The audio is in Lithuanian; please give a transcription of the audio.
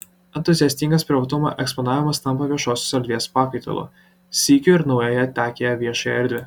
entuziastingas privatumo eksponavimas tampa viešosios erdvės pakaitalu sykiu ir naująją takiąja viešąja erdve